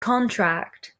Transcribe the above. contract